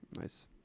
Nice